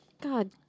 God